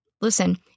listen